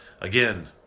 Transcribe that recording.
Again